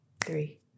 three